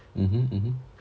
mmhmm mmhmm